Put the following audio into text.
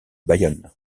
bayonne